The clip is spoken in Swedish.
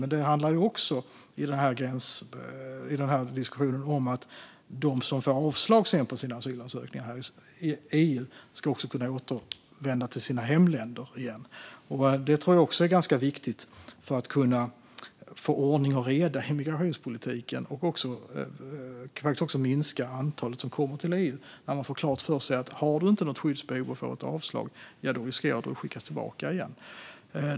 Men det handlar också om att de som får avslag på sin asylansökan i EU ska kunna återvända till sina hemländer igen. Det tror jag också är ganska viktigt för att kunna få ordning och reda i migrationspolitiken. Det minskar faktiskt också antalet som kommer till EU när man får klart för sig att om man inte har något skyddsbehov och får ett avslag riskerar man att skickas tillbaka igen.